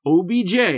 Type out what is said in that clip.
OBJ